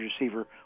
receiver